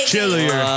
Chillier